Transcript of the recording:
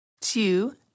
Two